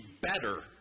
better